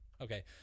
Okay